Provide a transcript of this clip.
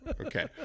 Okay